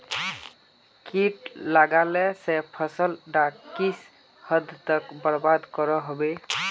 किट लगाले से फसल डाक किस हद तक बर्बाद करो होबे?